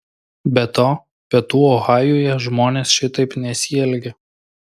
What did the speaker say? be to pietų ohajuje žmonės šitaip nesielgia